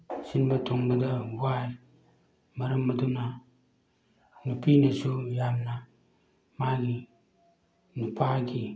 ꯁꯤꯟꯕ ꯊꯨꯡꯕꯗ ꯋꯥꯏ ꯃꯔꯝ ꯑꯗꯨꯅ ꯅꯨꯄꯤꯅꯁꯨ ꯌꯥꯝꯅ ꯃꯥꯒꯤ ꯅꯨꯄꯥꯒꯤ